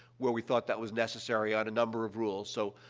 where we thought that was necessary, on a number of rules. so,